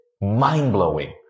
mind-blowing